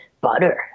butter